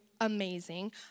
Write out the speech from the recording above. amazing